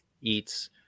eats